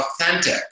authentic